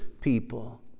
people